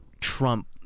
Trump